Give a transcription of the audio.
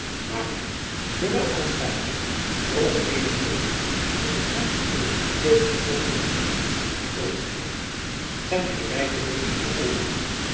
maar mij zoowel als feiko trof hedenmorgen toen ik hem onder het gepeupel zoo onvoorziens in t oog kreeg zijn gelijkenis op den